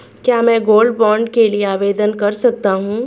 क्या मैं gold bond के लिए आवेदन कर सकता हूं?